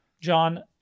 John